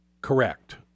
correct